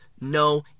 no